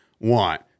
want